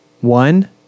One